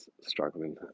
struggling